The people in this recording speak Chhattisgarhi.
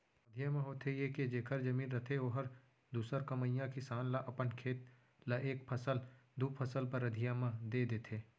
अधिया म होथे ये के जेखर जमीन रथे ओहर दूसर कमइया किसान ल अपन खेत ल एक फसल, दू फसल बर अधिया म दे देथे